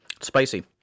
spicy